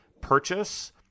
purchase